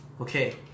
Okay